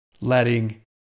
letting